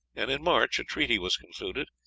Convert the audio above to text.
and in march a treaty was concluded,